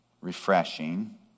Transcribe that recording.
refreshing